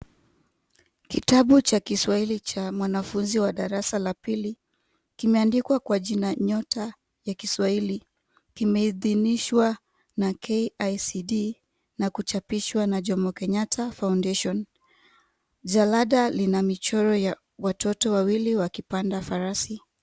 Kitabu cha kiswahili cha mwanafunzi wa darasa la pili kimeandikwa kwa jina nyota ya kiswahili. Kimeidhinishwa na KICD na kuchapishwa na Jomo Kenyatta Foundation. Jalada lina mchoro wa watoto wawili wakipanda farasi.